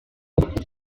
wayne